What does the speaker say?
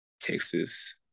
Texas